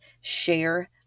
Share